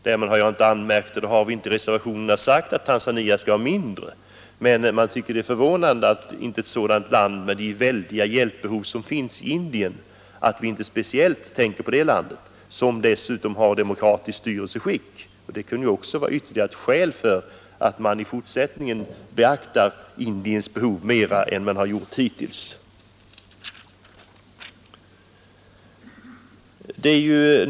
Därmed har jag inte hävdat — det har vi inte heller i reservationerna sagt — att Tanzania skall ha mindre, men man tycker det är förvånande att Sverige inte tänker på ett sådant land som Indien, med de väldiga hjälpbehov som finns där, ett land som dessutom har ett demokratiskt styrelseskick! Det kunde ju vara ytterligare ett skäl för att i fortsättningen beakta Indiens behov mera än vad man har gjort hittills.